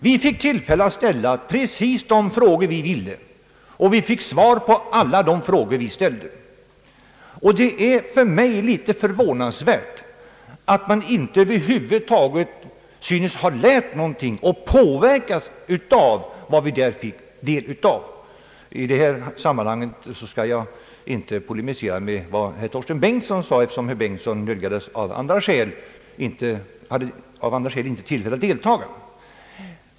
Vi fick ställa precis de frågor vi ville och vi fick svar på alla frågor vi ställde. Det är för mig förvånansvärt att man över huvud taget inte synes ha lärt någonting eller påverkats av vad vi där fick del av. I detta sammanhang skall jag inte polemisera med herr Torsten Bengtson, eftersom herr Bengtson av olika skäl inte kunde delta.